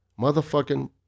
Motherfucking